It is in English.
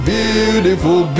beautiful